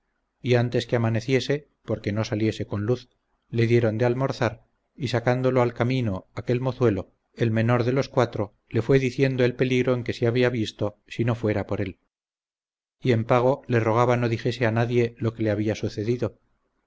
y antes que amaneciese porque no saliese con luz le dieron de almorzar y sacándolo al camino aquel mozuelo el menor de los cuatro le fue diciendo el peligro en que se habría visto si no fuera por él y en pago le rogaba no dijese a nadie lo que le había sucedido